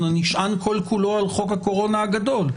נשען כל כולו על חוק הקורונה הגדול.